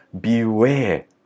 Beware